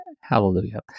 Hallelujah